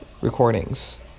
recordings